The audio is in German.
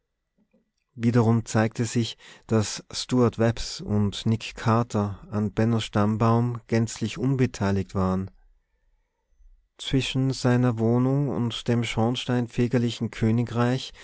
wiederum zeigte es sich daß stuart webbs und nick carter an bennos stammbaum gänzlich unbeteiligt waren zwischen seiner wohnung und dem schornsteinfegerlichen königreich